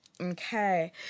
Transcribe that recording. Okay